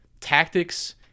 tactics